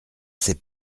sais